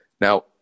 Now